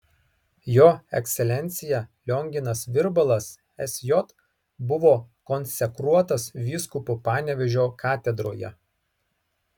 jo ekscelencija lionginas virbalas sj buvo konsekruotas vyskupu panevėžio katedroje